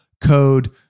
code